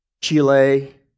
Chile